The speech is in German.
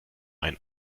ein